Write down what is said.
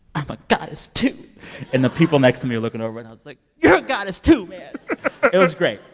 i'm a goddess, too and the people next to me are looking over. and i was like, you're a goddess, too, man it was great.